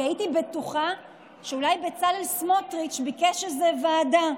כי הייתי בטוחה שאולי בצלאל סמוטריץ' ביקש איזו ועדה,